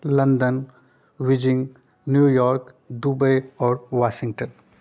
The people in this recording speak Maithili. लन्दन बीजिंग न्यूयॉर्क दुबइ आओर वाशिंगटन